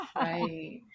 right